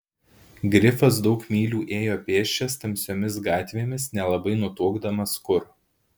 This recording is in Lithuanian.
grifas daug mylių ėjo pėsčias tamsiomis gatvėmis nelabai nutuokdamas kur